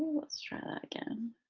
let's try that again.